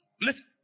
listen